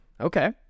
Okay